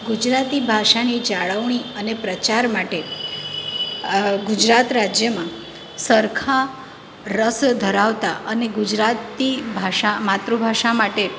ગુજરાતી ભાષાની જાળવણી અને પ્રચાર માટે ગુજરાત રાજ્યમાં રસખા રસ ધરાવતા અને ગુજરાતી ભાષા માતૃભાષા માટે